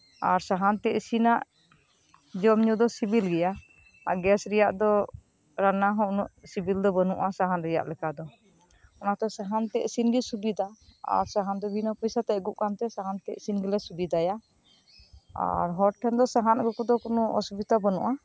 ᱟᱨ ᱥᱟᱦᱟᱱ ᱛᱮ ᱤᱥᱤᱱᱟᱜ ᱡᱚᱢᱧᱩ ᱫᱚ ᱥᱮᱹᱵᱮᱹᱞᱜᱮᱭᱟ ᱟᱨ ᱜᱮᱥ ᱨᱮᱭᱟᱜ ᱫᱚ ᱨᱟᱱᱱᱟ ᱦᱚᱸ ᱩᱱᱟᱹᱜ ᱥᱮᱹᱵᱮᱹᱞ ᱫᱚ ᱵᱟᱹᱱᱩᱜᱼᱟ ᱥᱟᱦᱟᱱ ᱨᱮᱭᱟᱜ ᱞᱮᱠᱟᱫᱚ ᱚᱱᱟᱛᱮ ᱥᱟᱦᱟᱱᱛᱮ ᱤᱥᱤᱱᱜᱮ ᱥᱩᱵᱤᱫᱷᱟ ᱟᱨ ᱥᱟᱦᱟᱱ ᱛᱮᱜᱮ ᱢᱟ ᱯᱚᱭᱥᱟᱛᱮ ᱟᱹᱜᱩᱜ ᱠᱟᱱᱛᱮ ᱥᱟᱦᱟᱱᱛᱮ ᱤᱥᱤᱱᱜᱮᱞᱮ ᱥᱩᱵᱤᱫᱷᱟᱭᱟ ᱟᱨ ᱦᱚᱲᱴᱷᱮᱱ ᱫᱚ ᱥᱟᱦᱟᱱ ᱟᱹᱜᱩᱫᱚ ᱠᱳᱱᱳ ᱚᱥᱩᱵᱤᱫᱷᱟ ᱫᱚ ᱵᱟᱹᱱᱩᱜᱼᱟ